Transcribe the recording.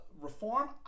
reform